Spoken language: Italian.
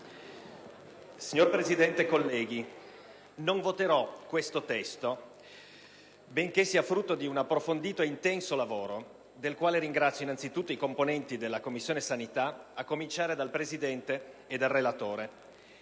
Signor Presidente, colleghi, non voterò questo testo, benché sia frutto di un approfondito ed intenso lavoro, del quale ringrazio innanzi tutto i componenti della Commissione sanità, a cominciare dal Presidente e dal relatore,